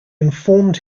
informed